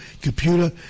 computer